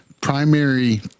primary